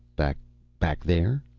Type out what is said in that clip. back back there?